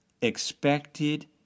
expected